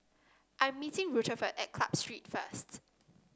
I'm meeting Rutherford at Club Street first